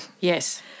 Yes